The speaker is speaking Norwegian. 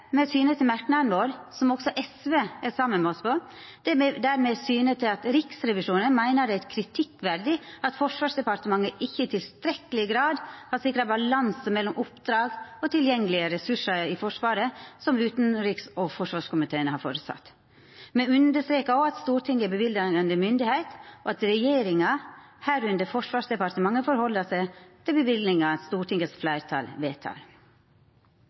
til merknaden vår, som også SV er saman med oss på, der me syner til at Riksrevisjonen meiner det er kritikkverdig at Forsvarsdepartementet ikkje i tilstrekkeleg grad har sikra balanse mellom oppdrag og tilgjengelege ressursar i Forsvaret, slik utanriks- og forsvarskomiteen har føresett. Me understrekar òg at Stortinget er løyvande myndigheit, og at regjeringa – inkludert Forsvarsdepartementet – held seg til